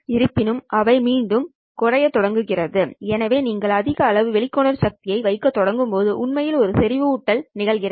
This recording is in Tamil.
இருப்பினும் அவை மீண்டும் குறையத் தொடங்கும் எனவே நீங்கள் அதிக அளவு வெளிக்கொணரும் சக்தியை வைக்கத் தொடங்கும் போது உண்மையில் ஒரு செறிவூட்டல் நிகழ்கிறது